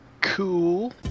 Cool